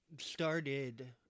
started